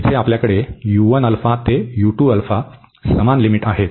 तर येथे आपल्याकडे ते समान लिमिट आहेत